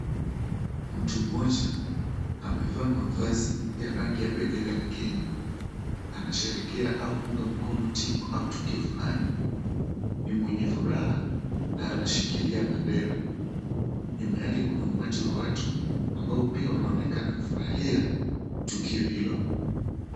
Mtu mmoja amevaa mavazi ya rangi ya bendera ya Kenya, anasherehekea au kuunga mkono timu au tukio fulani. Ni mwenye furaha na anashikilia bendera, nyuma yake kuna umati wa watu ambao pia wanaonekana kufurahia tukio hilo.